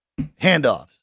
handoffs